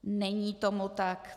Není tomu tak.